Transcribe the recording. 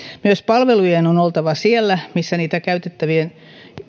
myös palvelujen on oltava siellä missä niitä käyttävien